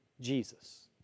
Jesus